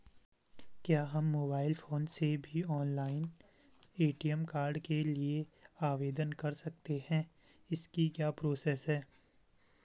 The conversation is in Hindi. क्या हम मोबाइल फोन से भी ऑनलाइन ए.टी.एम कार्ड के लिए आवेदन कर सकते हैं इसकी क्या प्रोसेस है?